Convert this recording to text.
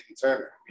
Turner